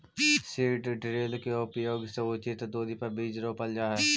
seed drill के उपयोग से उचित दूरी पर बीज रोपल जा हई